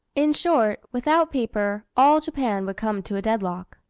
in short, without paper, all japan would come to a dead lock.